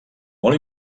molt